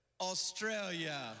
Australia